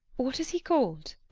what is he called?